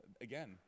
Again